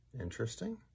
Interesting